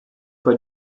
bei